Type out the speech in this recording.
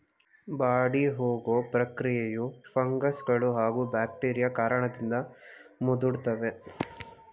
ಬಾಡಿಹೋಗೊ ಪ್ರಕ್ರಿಯೆಯು ಫಂಗಸ್ಗಳೂ ಹಾಗೂ ಬ್ಯಾಕ್ಟೀರಿಯಾ ಕಾರಣದಿಂದ ಮುದುಡ್ತವೆ